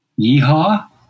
yeehaw